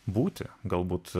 būti galbūt